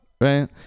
right